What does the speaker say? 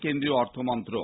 কেন্দ্রীয় অর্থমন্ত্রক